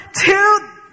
two